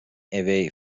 away